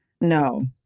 No